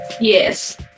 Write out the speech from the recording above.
Yes